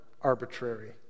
arbitrary